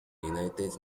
united